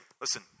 Listen